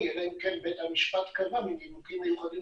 בית המשפט קבע מנימוקים מיוחדים